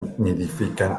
nidifican